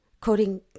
quoting